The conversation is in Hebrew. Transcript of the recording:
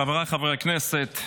חבריי חברי הכנסת,